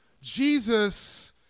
jesus